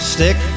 Stick